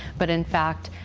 but in fact,